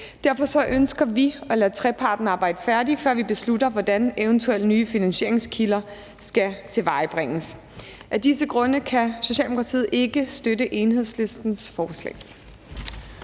Derfor ønsker vi at lade treparten arbejde færdig, før vi beslutter, hvordan eventuelle nye finansieringskilder skal tilvejebringes. Af disse grunde kan Socialdemokratiet ikke støtte Enhedslistens forslag.